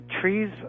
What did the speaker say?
Trees